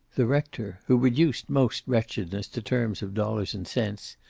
the rector, who reduced most wretchedness to terms of dollars and cents,